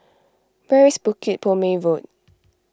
where is Bukit Purmei Road